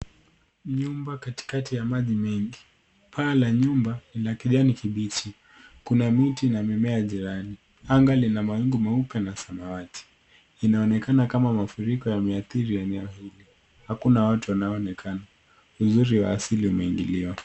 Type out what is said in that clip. Nyumba katikati ya maji mengi. Paa la nyumba ni la kijani kibichi. Kuna miti na mimea njiani. Anga lina mawingu na ni la samawati. Inaonekana kama mafuriko imeathiri eneo hili. Hakuna watu wanaoonekana. Uzuri wa asili umeingiliwa.